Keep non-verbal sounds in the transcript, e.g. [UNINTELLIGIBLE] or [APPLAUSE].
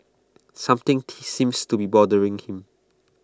something [UNINTELLIGIBLE] seems to be bothering him